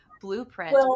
blueprint